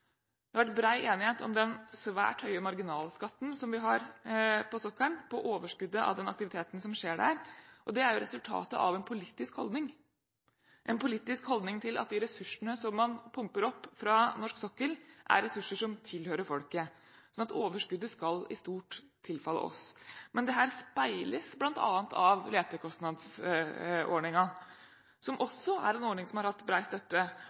Det har vært bred enighet om den svært høye marginalskatten som vi har på sokkelen, på overskuddet av den aktiviteten som skjer der. Det er jo resultatet av en politisk holdning, en politisk holdning til at de ressursene som man pumper opp fra norsk sokkel, er ressurser som tilhører folket – overskuddet skal i stort tilfalle oss. Dette speiles bl.a. av letekostnadsordningen, som også er en ordning som har hatt bred støtte,